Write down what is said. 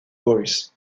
boys